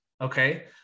Okay